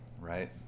right